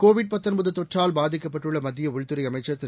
Covid தொற்றால் பாதிக்கப்பட்டுள்ள மத்திய உள்துறை அமைச்சர் திரு